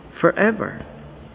forever